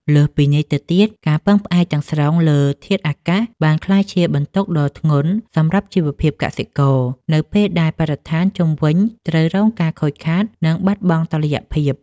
លើសពីនេះទៅទៀត ការពឹងផ្អែកទាំងស្រុងលើធាតុអាកាស បានក្លាយជាបន្ទុកដ៏ធ្ងន់សម្រាប់ជីវភាពកសិករ នៅពេលដែលបរិស្ថានជុំវិញត្រូវរងការខូចខាត និងបាត់បង់តុល្យភាព។